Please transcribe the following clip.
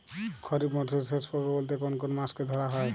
খরিপ মরসুমের শেষ পর্ব বলতে কোন কোন মাস কে ধরা হয়?